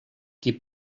qui